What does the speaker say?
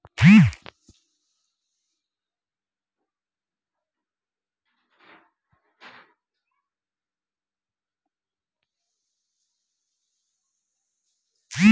जिनकर सबहक कम लेब देब रहैत छै हुनका सबके बचत खाता बला पासबुक देल जाइत छै